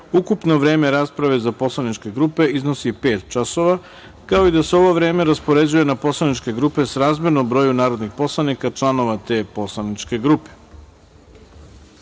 ukupno vreme rasprave za poslaničke grupe iznosi pet časova, kao i da se ovo vreme raspoređuje na poslaničke grupe srazmerno broju narodnih poslanika članova te poslaničke grupe. Molim